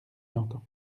l’entend